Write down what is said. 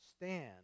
stand